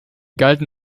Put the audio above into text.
galten